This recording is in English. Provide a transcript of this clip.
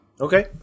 Okay